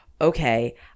okay